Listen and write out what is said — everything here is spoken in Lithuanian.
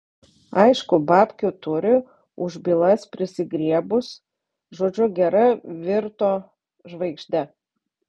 aišku babkių turi už bylas prisigriebus žodžiu gera virto žvaigžde